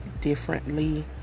differently